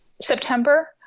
September